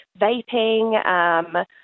vaping